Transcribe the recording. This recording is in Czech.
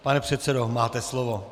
Pane předsedo, máte slovo.